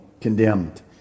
condemned